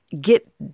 get